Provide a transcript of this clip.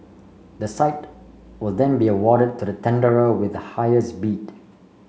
the site will then be awarded to the tenderer with the highest bid